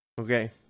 okay